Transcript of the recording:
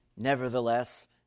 Nevertheless